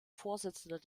vorsitzender